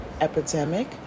epidemic